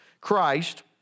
Christ